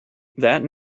that